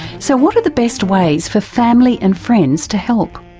so what are the best ways for family and friends to help?